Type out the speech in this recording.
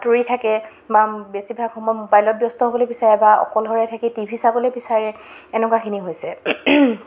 আঁতৰি থাকে বা বেছিভাগ সময় মোবাইলত ব্যস্ত হ'বলৈ বিচাৰে বা অকলশৰে থাকি টি ভি চাবলৈ বিচাৰে এনকুৱাখিনি হৈছে